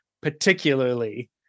particularly